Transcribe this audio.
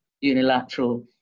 unilateral